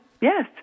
yes